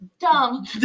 Dumb